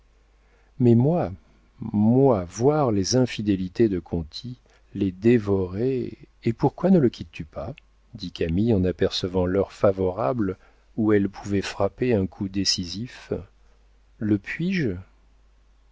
mais moi moi voir les infidélités de conti les dévorer et pourquoi ne le quittes tu pas dit camille en apercevant l'heure favorable où elle pouvait frapper un coup décisif le puis-je